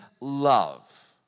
love